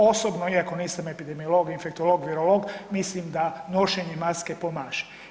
Osobno iako nisam epidemiolog, infektolog, virolog, mislim da nošenje maske pomaže.